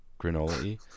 granola-y